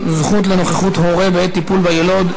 זכות לנוכחות הורה בעת טיפול ביילוד),